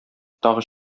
тагы